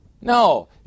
No